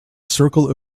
circle